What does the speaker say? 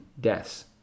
deaths